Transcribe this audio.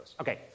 Okay